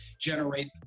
generate